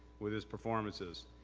with his performances.